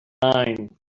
mind